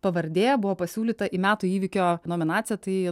pavardė buvo pasiūlyta į metų įvykio nominaciją tai